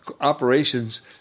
operations